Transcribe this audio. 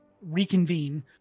reconvene